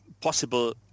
possible